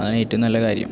അതാണ് ഏറ്റവും നല്ലകാര്യം